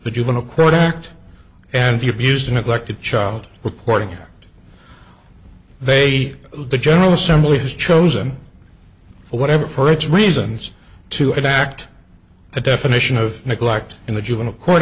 the juvenile court act and the abused or neglected child reporting they the general assembly has chosen for whatever for its reasons to enact the definition of neglect in the juvenile court